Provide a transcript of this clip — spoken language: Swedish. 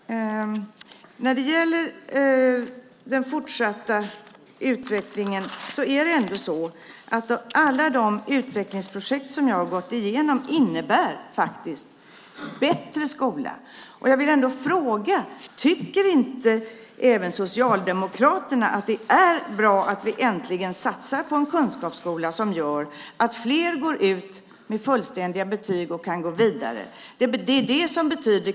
Herr talman! När det gäller den fortsatta utvecklingen innebär alla de utvecklingsprojekt som jag har gått igenom en bättre skola. Jag vill fråga: Tycker inte även Socialdemokraterna att det är bra att vi äntligen satsar på en kunskapsskola som gör att fler går ut med fullständiga betyg och kan gå vidare?